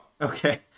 okay